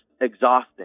exhausting